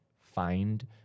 find